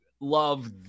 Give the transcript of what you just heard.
love